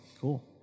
Cool